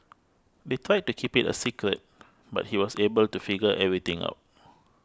they tried to keep it a secret but he was able to figure everything out